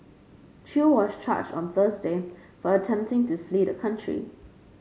Chew was charged on Thursday for attempting to flee the country